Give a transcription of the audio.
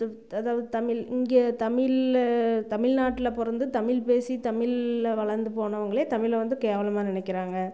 அதாவது தமிழ் இங்கே தமிழில் தமிழ் நாட்டில் பிறந்து தமிழ் பேசி தமிழில் வளர்ந்து போனவங்களே தமிழை வந்து கேவலமாக நினைக்கிறாங்க